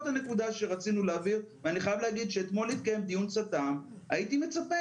הנקודה שרצינו להבהיר ואני חייב להגיד שאתמול התקיים דיון צט"מ הייתי מצפה